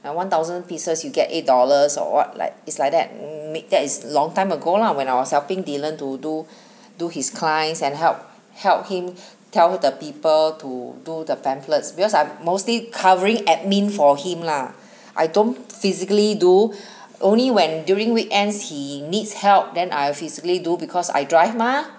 and one thousand pieces you get eight dollars or what like is like that m~ make that it's long time ago lah when I was helping dylan to do do his clients and help help him tell the people to do the pamphlets because I mostly covering admin for him lah I don't physically do only when during weekends he needs help then I physically do because I drive mah